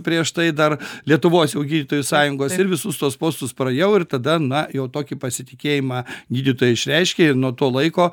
prieš tai dar lietuvos jau gydytojų sąjungos ir visus tuos postus praėjau ir tada na jau tokį pasitikėjimą gydytojai išreiškė ir nuo to laiko